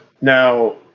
Now